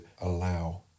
allow